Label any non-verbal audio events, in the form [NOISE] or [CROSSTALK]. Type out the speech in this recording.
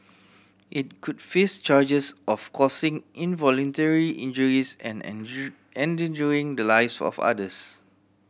it could face charges of causing involuntary injuries and [UNINTELLIGIBLE] endangering the lives of others